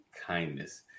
kindness